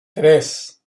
tres